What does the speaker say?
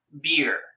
beer